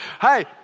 Hey